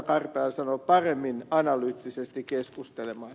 karpela sanoi paremmin analyyttisesti keskustelemaan